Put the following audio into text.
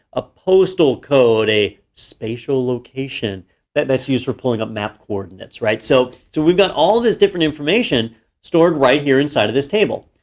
a postal code, a spatial location but that's useful for pulling up map coordinates, right. so we've got all these different information stored right here inside of this table.